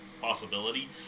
possibility